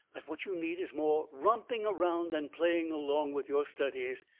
that what you need is more romping around and playing along with your studies.